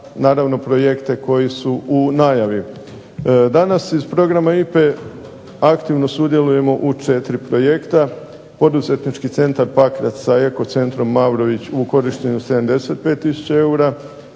naravno projekte koji su u najavi. Danas iz programa IPA-e aktivno sudjelujemo u četiri projekta, poduzetnički centar Pakrac sa eko centrom Mavrović u korištenju 75 tisuća